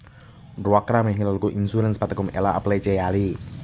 డ్వాక్రా మహిళలకు ఇన్సూరెన్స్ పథకం ఎలా అప్లై చెయ్యాలి?